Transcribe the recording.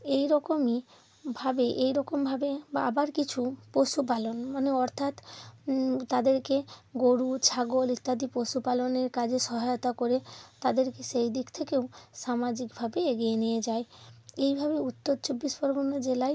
এই রকমইভাবে এই রকমভাবে বা আবার কিছু পশুপালন মানে অর্থাৎ তাদেরকে গোরু ছাগল ইত্যাদি পশুপালনের কাজে সহায়তা করে তাদেরকে সেই দিক থেকেও সামাজিকভাবে এগিয়ে নিয়ে যায় এইভাবে উত্তর চব্বিশ পরগনা জেলায়